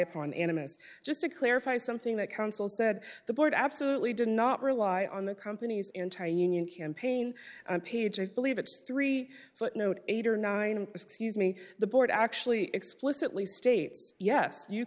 animus just to clarify something that counsel said the board absolutely did not rely on the company's anti union campaign page i believe it's three footnote eight or nine and excuse me the board actually explicitly states yes you